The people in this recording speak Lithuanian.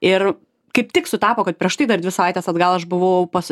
ir kaip tik sutapo kad prieš tai dar dvi savaites atgal aš buvau pas